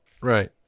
Right